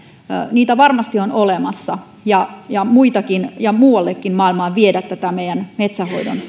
niitä varmasti on olemassa ja ja voimme muuallekin maailmalle viedä tätä meidän metsänhoidon